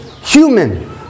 human